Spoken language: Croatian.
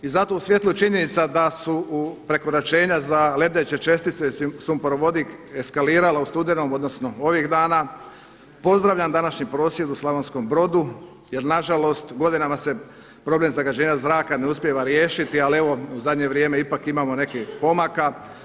I zato u svjetlu činjenica su prekoračenja za lebdeće čestice, sumporovodik eskalirala u studenom odnosno ovih dana, pozdravljam današnji prosvjed u Slavonskom Brodu jer nažalost godinama se problem zagađenja zraka ne uspijeva riješiti, ali evo u zadnje vrijeme ipak imamo nekih pomaka.